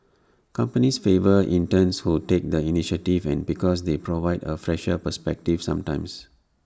companies favour interns who take the initiative and because they provide A fresher perspective sometimes